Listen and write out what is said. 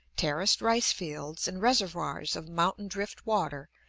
terraced rice-fields, and reservoirs of mountain-drift water,